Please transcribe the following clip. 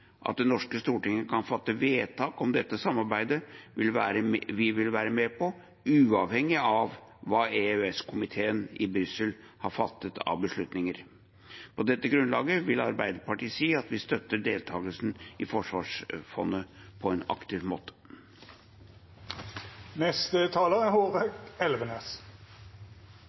at det norske storting kan fatte vedtak om dette samarbeidet som vi vil være med på, uavhengig av hva EØS-komiteen i Brussel har fattet av beslutninger. På dette grunnlaget vil Arbeiderpartiet si at vi støtter deltakelsen i forsvarsfondet på en aktiv måte. Deltakelse i EUs program er